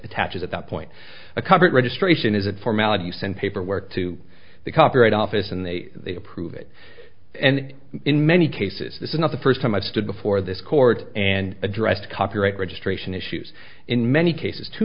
attaches at that point a covered registration is a formality send paperwork to the copyright office and they approve it and in many cases this is not the first time i've stood before this court and addressed copyright registration issues in many cases to